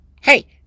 hey